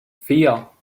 vier